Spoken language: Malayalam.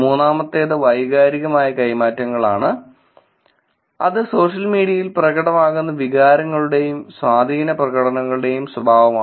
മൂന്നാമത്തേത് വൈകാരികമായ കൈമാറ്റങ്ങളാണ് അത് സോഷ്യൽ മീഡിയയിൽ പ്രകടമാകുന്ന വികാരങ്ങളുടെയും സ്വാധീന പ്രകടനങ്ങളുടെയും സ്വഭാവമാണ്